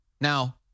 Now